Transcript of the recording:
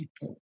people